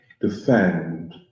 defend